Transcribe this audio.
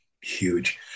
huge